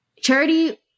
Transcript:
Charity